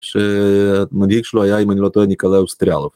שמגיש לו היה עם אני לא טועה, ניקאלה אוסטריאלוב.